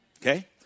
Okay